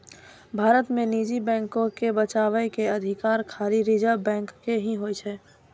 भारत मे निजी बैको के बचाबै के अधिकार खाली रिजर्व बैंक के ही छै